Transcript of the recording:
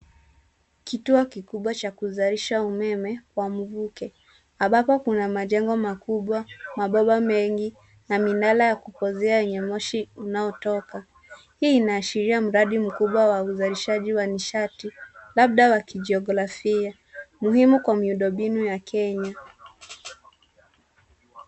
Kituo kikubwa cha kuzalisha umeme kwa mvuke ambapo kuna majengo makubwa, mabomba mengi na minara ya kukozea yenye moshi unaotoka. Hii inaashiria mradi mkubwa wa uzalishaji wa nishati labda wa kijiografia muhimu kwa miundo mbinu ya Kenya.